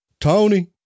Tony